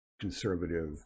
conservative